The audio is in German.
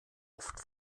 oft